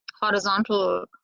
horizontal